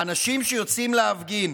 האנשים שיוצאים להפגין